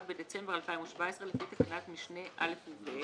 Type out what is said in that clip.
בדצמבר 2017) לפי תקנת משנה (א) או (ב)